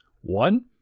One